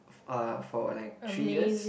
uh for like three years